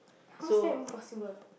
how's that even possible